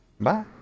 Bye